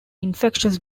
infectious